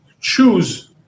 choose